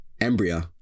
Embryo